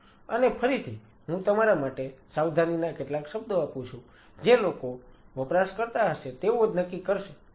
અને ફરીથી હું તમારા માટે સાવધાનીના કેટલાક શબ્દો આપું છું કે જે લોકો વપરાશકર્તા હશે તેઓજ નક્કી કરશે